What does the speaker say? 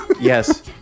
Yes